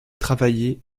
travailler